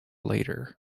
later